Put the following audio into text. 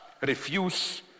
refuse